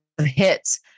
hits